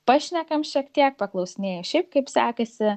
pašnekam šiek tiek paklausinėju šiaip kaip sekasi